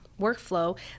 workflow